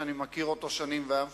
שאני מכיר אותו שנים והיה מפקדי,